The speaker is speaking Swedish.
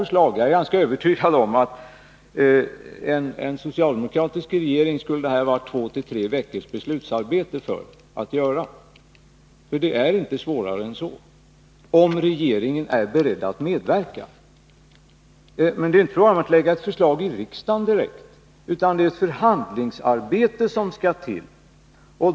Jag har förslag. Jag är ganska övertygad om att en socialdemokratisk regering skulle ha behövt två till tre veckors beslutsarbete här. Det är inte svårare än så, om regeringen är beredd att medverka. Det är inte fråga om att lägga fram ett förslag i riksdagen direkt, utan vad som behövs är ett förhandlingsarbete.